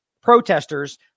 protesters